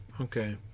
okay